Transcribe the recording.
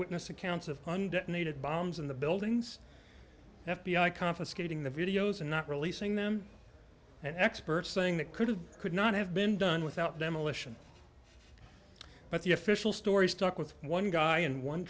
eyewitness accounts of needed bombs in the buildings f b i confiscating the videos and not releasing them and experts saying that could have could not have been done without demolition but the official story stuck with one guy and one